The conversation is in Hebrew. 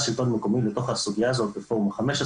השלטון המקומי לפעילות של הסוגיה הזאת בפורום ה-15.